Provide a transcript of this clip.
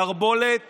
מערבולת